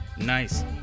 nice